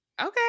Okay